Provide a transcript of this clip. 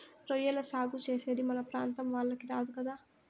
రొయ్యల సాగు చేసేది మన ప్రాంతం వాళ్లకి రాదు కదా